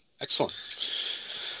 Excellent